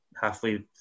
halfway